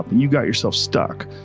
you got yourself stuck.